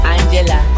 Angela